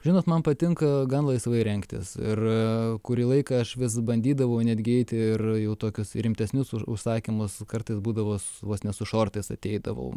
žinot man patinka gan laisvai rengtis ir kurį laiką aš vis bandydavau netgi eiti ir jau tokius į rimtesnius užsakymus kartais būdavo vos ne su šortais ateidavau